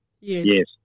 Yes